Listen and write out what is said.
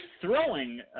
throwing